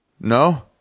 No